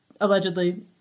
allegedly